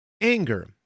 anger